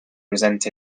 present